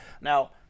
Now